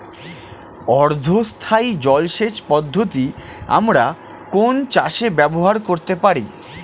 অর্ধ স্থায়ী জলসেচ পদ্ধতি আমরা কোন চাষে ব্যবহার করতে পারি?